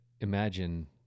imagine